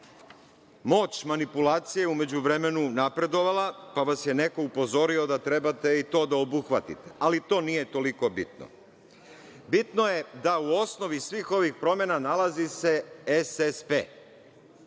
moć manipulacije u međuvremenu napredovala, pa vas je neko upozorio da trebate i to da obuhvatite. Ali, to nije toliko bitno. Bitno je da u osnovi svih ovih promena nalazi SSP.